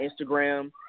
Instagram